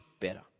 better